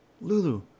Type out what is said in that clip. Lulu